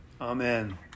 Amen